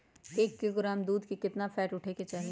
एक किलोग्राम दूध में केतना फैट उठे के चाही?